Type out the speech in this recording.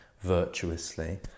virtuously